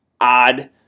odd